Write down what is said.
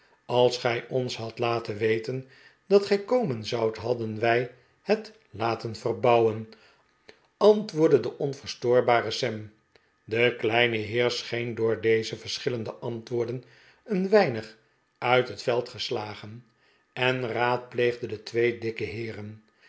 als gij ons hadt laten weten dat gij komen zoudt hadden wij het laten verbouwen antwoordde de onverstoorbarei sam de kleine heer scheen door deze ver schillende antwoorden een weinig uit het veld geslagen en raadpleegde de twee dikke heeren